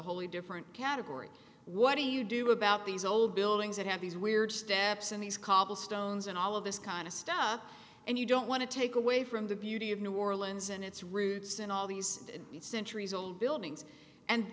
wholly different category what do you do about these old buildings that have these weird steps and these cobble stones and all of this kind of stuff and you don't want to take away from the beauty of new orleans and its roots and all these centuries old buildings and